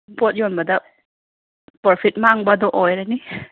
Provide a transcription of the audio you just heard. ꯄꯣꯠ ꯌꯣꯟꯕꯗ ꯄ꯭ꯔꯣꯐꯤꯠ ꯃꯥꯡꯕꯗꯣ ꯑꯣꯏꯔꯅꯤ